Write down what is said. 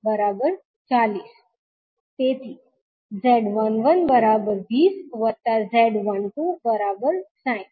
તેથી Z1120Z1260Ω